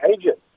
agent